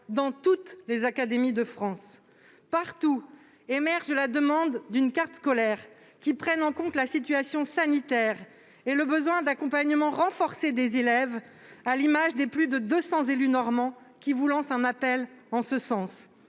dans toutes les académies de France. Partout, émerge la demande d'une carte scolaire qui prenne en compte la situation sanitaire et le besoin d'accompagnement renforcé des élèves, à l'image des plus de 200 élus normands qui vous lancent un appel en ce sens.